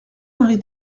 marie